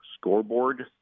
scoreboard